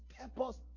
purpose